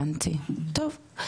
הבנתי, טוב.